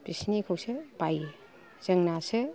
बिसिनिखौसो बायो जोंनासो